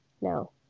No